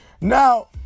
Now